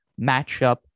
matchup